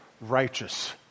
righteous